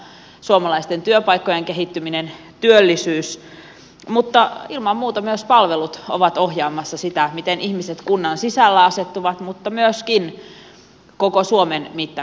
ensisijassa suomalaisten työpaikkojen kehittyminen työllisyys ja ilman muuta myös palvelut ovat ohjaamassa sitä miten ihmiset asettuvat kunnan sisällä mutta myöskin koko suomen mittakaavassa